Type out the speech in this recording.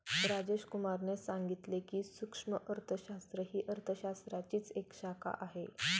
राजेश कुमार ने सांगितले की, सूक्ष्म अर्थशास्त्र ही अर्थशास्त्राचीच एक शाखा आहे